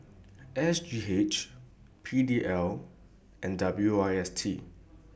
S G H P D L and W I T S